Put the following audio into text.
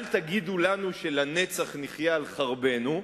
אל תגידו לנו שלנצח נחיה על חרבנו,